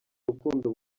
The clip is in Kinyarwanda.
rukundo